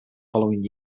following